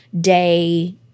day